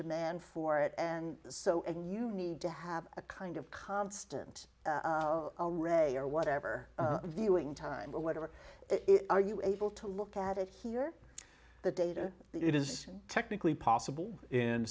demand for it and so and you need to have a kind of constant already or whatever viewing time or whatever it are you able to look at it hear the data it is technically possible in